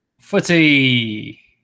Footy